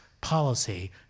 policy